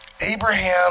Abraham